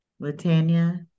Latanya